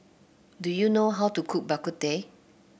do you know how to cook Bak Kut Teh